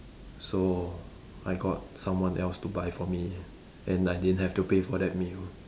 so I got someone else to buy for me and I didn't have to pay for that meal